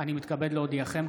מתכבד להודיעכם,